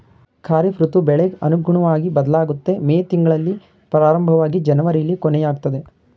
ಖಾರಿಫ್ ಋತು ಬೆಳೆಗ್ ಅನುಗುಣ್ವಗಿ ಬದ್ಲಾಗುತ್ತೆ ಮೇ ತಿಂಗ್ಳಲ್ಲಿ ಪ್ರಾರಂಭವಾಗಿ ಜನವರಿಲಿ ಕೊನೆಯಾಗ್ತದೆ